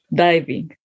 diving